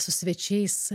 su svečiais